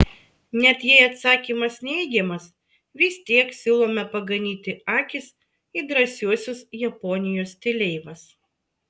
net jei atsakymas neigiamas vis tiek siūlome paganyti akis į drąsiuosius japonijos stileivas